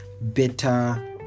better